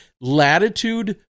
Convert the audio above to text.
Latitude